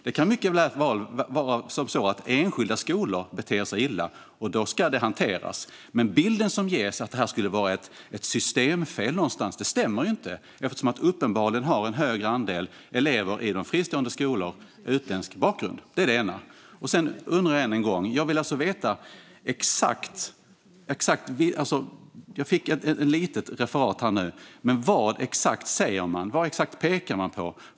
Det kan mycket väl vara så att enskilda skolor beter sig illa, och då ska det hanteras. Men bilden som ges av att det här skulle vara ett systemfel någonstans stämmer inte, för uppenbarligen har en större andel av eleverna i fristående skolor utländsk bakgrund. Jag fick ett litet referat, men jag undrar: Exakt vad säger man? Exakt vad pekar man på?